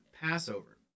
Passover